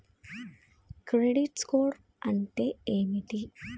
Credit score అంటే ఏమిటి?